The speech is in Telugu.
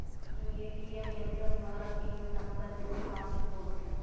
మనం ఏ.టీ.యం యంత్రం ద్వారా పిన్ నంబర్ని మార్చుకోవచ్చు